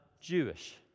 Jewish